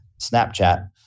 Snapchat